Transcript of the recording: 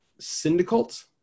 Syndicult